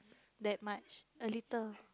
that much a little